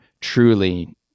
truly